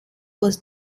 was